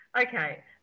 Okay